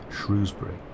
Shrewsbury